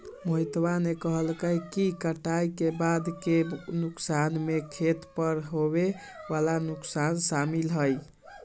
मोहितवा ने कहल कई कि कटाई के बाद के नुकसान में खेत पर होवे वाला नुकसान शामिल हई